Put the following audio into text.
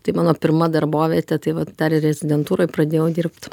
tai mano pirma darbovietė tai va dar ir rezidentūroj pradėjau dirbt